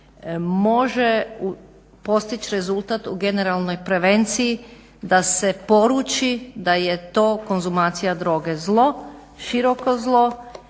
može postići rezultat u generalnoj prevenciji da se poruči da je to konzumacija droge zlo, široko zlo